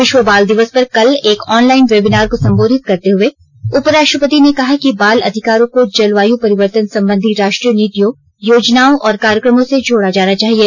विश्व बाल दिवस पर कल एक ऑनलाइन वेबिनार को सम्बोधित करते हुए उपराष्ट्रपति ने कहा कि बाल अधिकारों को जलवायु परिवर्तन सम्बंधी राष्ट्रीय नीतियों योजनाओं और कार्यक्रमों से जोड़ा जाना चाहिए